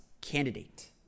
candidate